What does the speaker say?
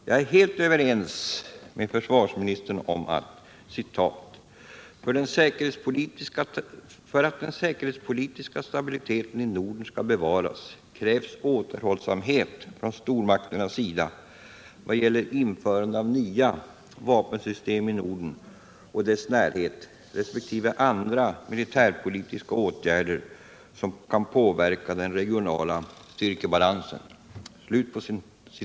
Jag är helt överens med försvarsministern när han säger: ”För att den säkerhetspolitiska stabiliteten i Norden skall bevaras, krävs återhållsamhet från stormakternas sida vad gäller införande av nya vapensystem i Norden och dess närhet resp. andra militärpolitiska åtgärder som kan påverka den regionala styrkebalansen”.